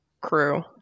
crew